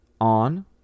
on